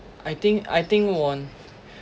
I think I think 我